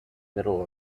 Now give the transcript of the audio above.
middle